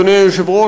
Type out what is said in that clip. אדוני היושב-ראש,